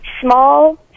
small